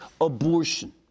abortion